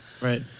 Right